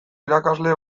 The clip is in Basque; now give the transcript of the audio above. irakasle